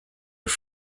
już